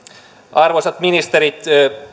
arvoisat ministerit